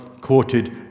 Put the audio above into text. quoted